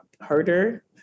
harder